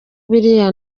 biriya